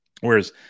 Whereas